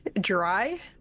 dry